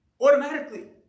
automatically